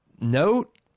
note